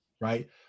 Right